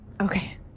Okay